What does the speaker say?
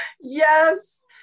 Yes